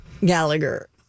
Gallagher